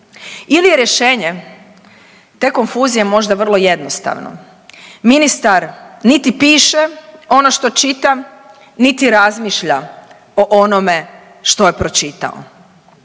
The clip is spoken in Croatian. ili je rješenje te konfuzije možda vrlo jednostavno. Ministar niti piše ono što čita, niti razmišlja o onome što je pročitao,